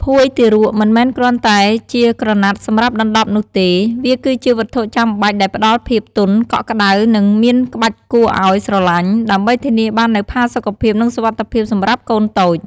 ភួយទារក មិនមែនគ្រាន់តែជាក្រណាត់សម្រាប់ដណ្ដប់នោះទេ វាគឺជា វត្ថុចាំបាច់ ដែលផ្ដល់ភាព ទន់ កក់ក្តៅ និងមានក្បាច់គួរឲ្យស្រឡាញ់ ដើម្បីធានាបាននូវផាសុកភាព និងសុវត្ថិភាពសម្រាប់កូនតូច។